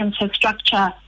infrastructure